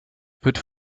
wird